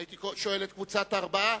הייתי שואל את קבוצת הארבעה,